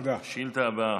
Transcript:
השאילתה הבאה,